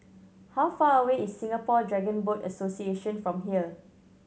how far away is Singapore Dragon Boat Association from here